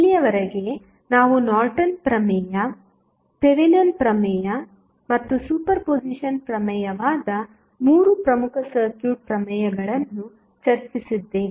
ಇಲ್ಲಿಯವರೆಗೆ ನಾವು ನಾರ್ಟನ್ ಪ್ರಮೇಯ ಥೆವೆನಿನ್ ಪ್ರಮೇಯ ಮತ್ತು ಸೂಪರ್ಪೋಸಿಷನ್ ಪ್ರಮೇಯವಾದ 3 ಪ್ರಮುಖ ಸರ್ಕ್ಯೂಟ್ ಪ್ರಮೇಯಗಳನ್ನು ಚರ್ಚಿಸಿದ್ದೇವೆ